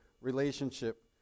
relationship